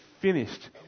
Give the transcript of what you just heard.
finished